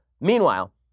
meanwhile